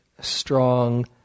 strong